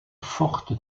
forte